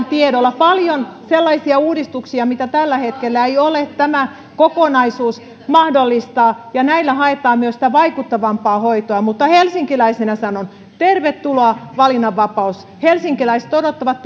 tiedolla paljon sellaisia uudistuksia mitä tällä hetkellä ei ole tämä kokonaisuus mahdollistaa ja näillä haetaan myös sitä vaikuttavampaa hoitoa mutta helsinkiläisenä sanon tervetuloa valinnanvapaus helsinkiläiset odottavat